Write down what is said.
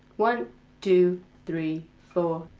one two three four.